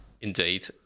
Indeed